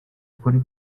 kuri